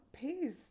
Peace